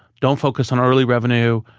don't focus on early revenue,